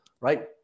right